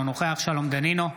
אינו נוכח שלום דנינו,